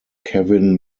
kevin